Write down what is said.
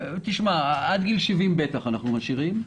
עד גיל 70 בטח אנחנו משאירים.